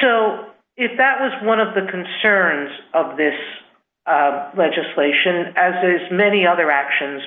so if that was one of the concerns of this legislation as it is many other actions